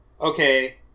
Okay